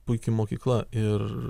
puiki mokykla ir